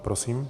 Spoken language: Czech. Prosím.